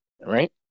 Right